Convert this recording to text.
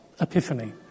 Epiphany